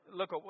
look